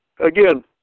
again